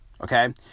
Okay